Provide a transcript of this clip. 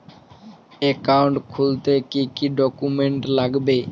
Account খুলতে কি কি ডকুমেন্ট লাগবে?